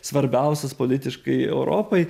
svarbiausias politiškai europai